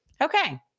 Okay